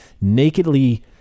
nakedly